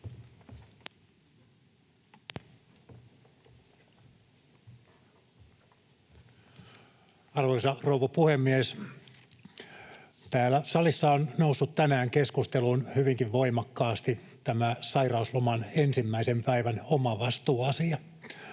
Arvoisa rouva puhemies! Täällä salissa on noussut tänään keskusteluun hyvinkin voimakkaasti tämä sairausloman ensimmäisen päivän omavastuuasia.